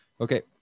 okay